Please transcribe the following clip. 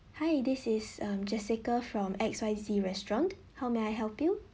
hi this is um jessica from X Y Z restaurant how may I help you